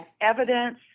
evidence